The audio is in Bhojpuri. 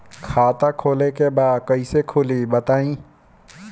खाता खोले के बा कईसे खुली बताई?